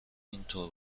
اینطور